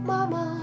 Mama